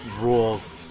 rules